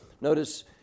Notice